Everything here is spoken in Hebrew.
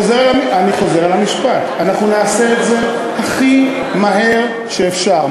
אנחנו נעשה את זה הכי מהר שאפשר.